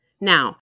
Now